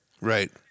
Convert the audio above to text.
Right